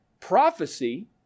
prophecy